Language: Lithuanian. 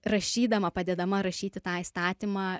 rašydama padėdama rašyti tą įstatymą